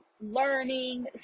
learning